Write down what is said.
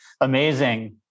amazing